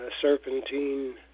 serpentine